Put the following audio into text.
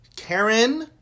Karen